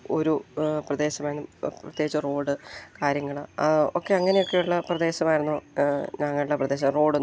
ഒരു പ്രദേശമാണ് പ്രത്യേകിച്ച് റോഡ് കാര്യങ്ങള് ഒക്കെ അങ്ങനെയൊക്കെയുള്ള പ്രദേശമായിരുന്നു ഞങ്ങളുടെ പ്രദേശം റോഡൊന്നും